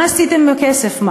מה עשיתם עם הכסף?